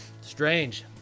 Strange